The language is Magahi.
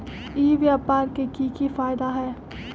ई व्यापार के की की फायदा है?